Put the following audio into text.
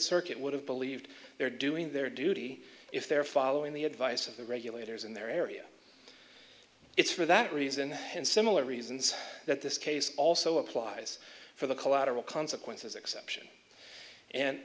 circuit would have believed they're doing their duty if they're following the advice of the regulators in their area it's for that reason had similar reasons that this case also applies for the collateral consequences exception and